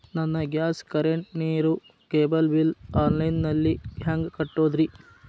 ನನ್ನ gas, current, ನೇರು, cable bill online ನಲ್ಲಿ ಹೆಂಗ್ ಕಟ್ಟೋದ್ರಿ?